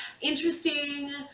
interesting